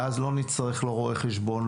ואז לא נצטרך רואי חשבון,